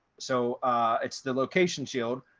so it's the location shield,